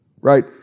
right